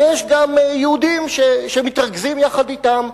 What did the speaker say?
ויש גם יהודים שמתרגזים יחד אתם,